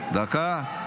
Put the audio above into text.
אבל יש